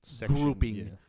grouping